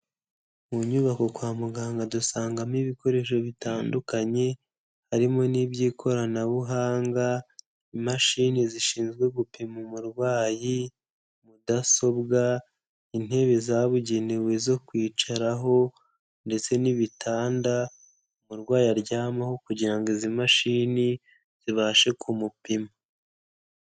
Mu nyubako kwa muganga dusangamo ibikoresho bitandukanye harimo n'iby'ikoranabuhanga, imashini zishinzwe gupima umurwayi, mudasobwa, intebe zabugenewe zo kwicaraho ndetse n'ibitanda umurwayi aryamaho kugira ngo izi mashini zibashe kumupima.